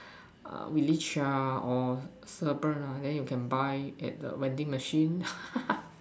uh we leach a or urban lah then you can buy at the vending machine